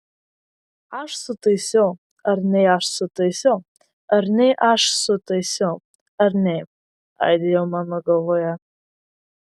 aš sutaisiau ar nei aš sutaisiau ar nei aš sutaisiau ar nei aidėjo mano galvoje